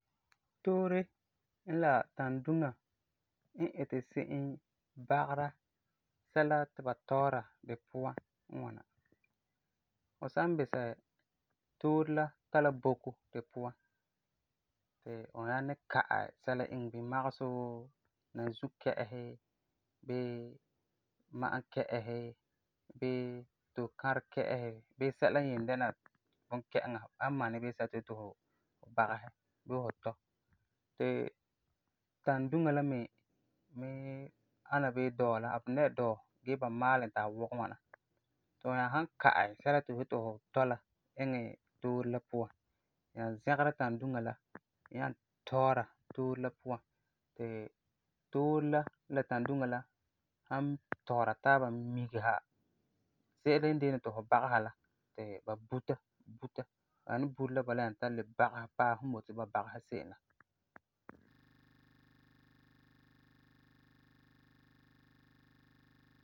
Toore n la tanduŋa n iti se'em bagera sɛla ti ba tɔɔra di puan n ŋwana. Fu san bisɛ, toore la tari la boko di puan ti fu nyaa ni ka'ɛ sɛla iŋɛ bini, magesɛ wuu; nanzu-kɛ'ɛsi bii ma'ankɛ'ɛsi bii tokãre-kɛ'ɛsi, bii sɛla nbyen dɛna bunkɛ'ɛŋa, amani bii sɛla ti fu yeti fu bagesɛ bii fu tɔ, ti tanduŋa la me ana bii dɔɔ la. A pugum dɛna la dɔɔ gee ti ba maaalɛ e ti a wɔgɛ ŋwana, ti fu nyaa zɛgera tanduŋa la nyaa tɔɔra toore la puan, ti toore la n la tanduŋa la san tɔɔra taaba, migesa se'ere yendeene ti fu bagesera la ti ba buta, buta. Ba nyaa bi bure la bala nyaa ta bagesɛ paɛ fum n boti ba bagesɛ se'em la.